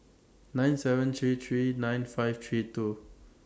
nine seven three three nine five three two